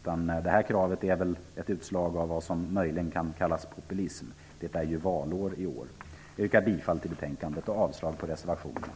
Men det kravet är väl ett utslag av vad som kan kallas för populism. Det är ju valår i år. Jag yrkar bifall till utskottets hemställan i betänkandet och avslag på reservationerna.